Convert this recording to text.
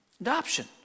Adoption